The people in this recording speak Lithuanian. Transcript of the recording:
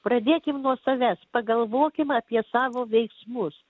pradėkim nuo savęs pagalvokim apie savo veiksmus